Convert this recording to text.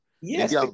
Yes